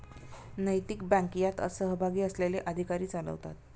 नैतिक बँक यात सहभागी असलेले अधिकारी चालवतात